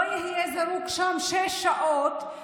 שהוא לא יהיה זרוק שם שש שעות,